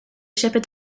shepherd